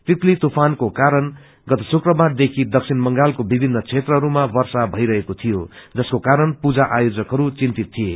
तितली तूफानको कारण गत शुकबार देखी दक्षिण बंगालको विभिन्न क्षेत्रहरूमा र्वषा भैरहेको थियो जसको कारण पूजा आयोजकहरू चिन्तित थिए